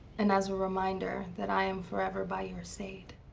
and as a reminder that i am forever by your side.